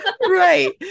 right